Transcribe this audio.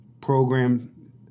program